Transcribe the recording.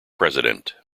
president